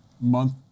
month